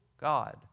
God